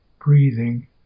breathing